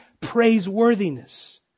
praiseworthiness